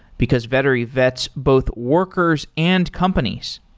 because vettery vets both workers and companies.